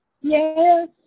Yes